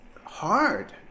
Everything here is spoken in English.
hard